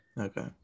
Okay